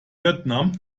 vietnam